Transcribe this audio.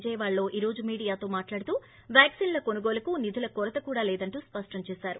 విజయవాడలో ఈ రోజు మీడియాతో ఆయన మాట్లాడుతూ వ్యాకిన్ల కొనుగోలుకు నిధుల కొరత కూడా లేదని స్పష్టం చేశారు